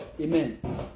Amen